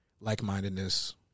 Like-mindedness